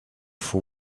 for